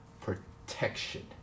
protection